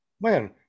Man